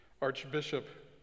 Archbishop